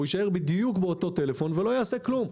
הוא יישאר בדיוק באותו טלפון ולא יעשה כלום.